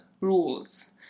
rules